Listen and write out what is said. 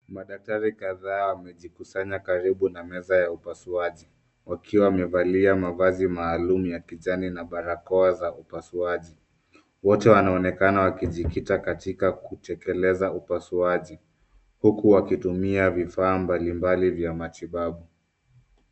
Madaktari kadhaa wamejikusanya karibu na meza ya upasuaji wakiwa wamevalia mavazi maalum ya kijani na barakoa za upasuaji. Wote wanaonekana wakijikita katika kutekeleza upasuaji huku wakitumia vifaa mbalimbali za matibabu.